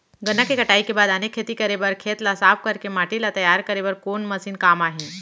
गन्ना के कटाई के बाद आने खेती बर खेत ला साफ कर के माटी ला तैयार करे बर कोन मशीन काम आही?